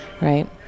right